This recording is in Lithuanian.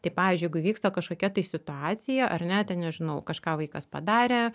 tai pavyzdžiui jeigu įvyksta kažkokia tai situacija ar ne ten nežinau kažką vaikas padarė